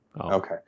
Okay